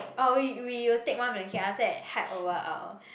oh we we will take one blanket after that hide over our